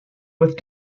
with